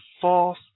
false